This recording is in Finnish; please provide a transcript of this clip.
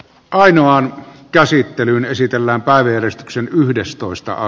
ainoan käsittelyyn esitellään palveli sen yhdestoista